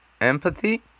empathy